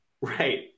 Right